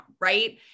Right